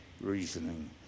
reasoning